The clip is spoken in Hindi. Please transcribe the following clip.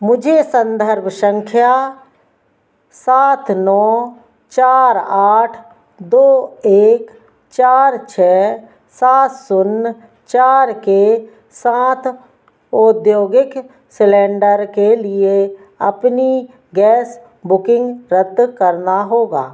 मुझे संधर्भ संख्या सात नौ चार आठ दो एक चार छः सात शून्य चार के साथ ओऔद्योगिक सिलेन्डर के लिए अपनी गैस बुकिंग रद्द करना होगा